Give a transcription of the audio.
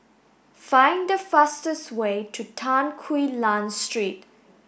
find the fastest way to Tan Quee Lan Street